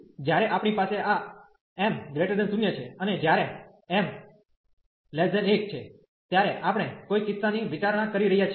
તેથી જ્યારે આપણી પાસે આ m0 છે અને જ્યારે m1 છે ત્યારે આપણે કોઈ કિસ્સાની વિચારણા કરી રહ્યા છીએ